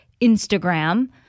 Instagram